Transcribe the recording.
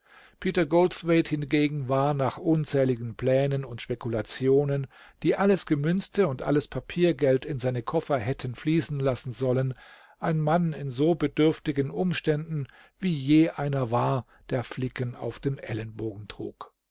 peter goldthwaite hingegen war nach unzähligen plänen und spekulationen die alles gemünzte und alles papiergeld in seine koffer hätten fließen lassen sollen ein mann in so bedürftigen umständen wie je einer war der flicken auf dem ellenbogen trug